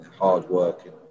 hard-working